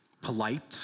polite